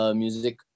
music